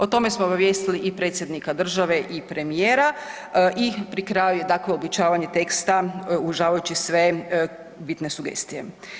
O tome smo obavijestili i predsjednika države i premijera i pri kraju je dakle uobličavanje teksta uvažavaju sve bitne sugestije.